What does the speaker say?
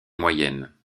moyenne